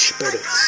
Spirit